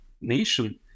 nation